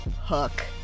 Hook